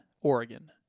Oregon